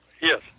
Yes